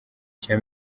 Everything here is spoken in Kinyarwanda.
cya